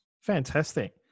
Fantastic